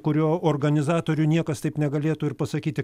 kurio organizatorių niekas taip negalėtų ir pasakyti